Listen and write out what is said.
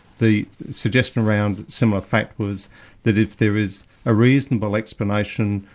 the suggestion around similar fact was that if there is a reasonable explanation,